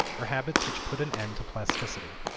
are habits which put an end to plasticity.